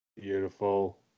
Beautiful